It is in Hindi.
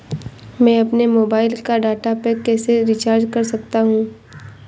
मैं अपने मोबाइल का डाटा पैक कैसे रीचार्ज कर सकता हूँ?